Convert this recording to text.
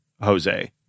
Jose